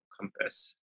compass